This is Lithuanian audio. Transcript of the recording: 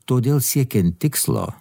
todėl siekiant tikslo